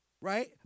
Right